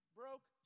broke